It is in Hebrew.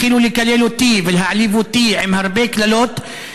התחילו לקלל אותי ולהעליב אותי עם הרבה קללות,